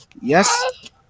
Yes